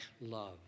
love